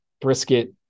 brisket